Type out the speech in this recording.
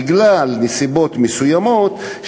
בגלל נסיבות מסוימות,